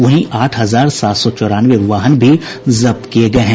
वहीं आठ हजार सात सौ चौरानवे वाहन भी जब्त किये गये हैं